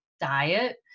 diet